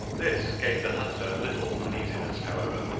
this gave the hunter little uneasiness, however,